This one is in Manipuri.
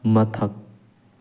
ꯃꯊꯛ